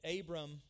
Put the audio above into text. Abram